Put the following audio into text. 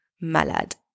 malade